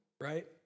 right